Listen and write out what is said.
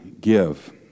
give